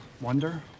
wonder